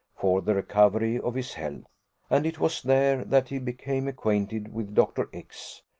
for the recovery of his health and it was there that he became acquainted with dr. x,